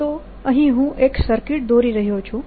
તો અહીં હું એક સર્કિટ દોરી રહ્યો છું